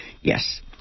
Yes